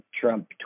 Trump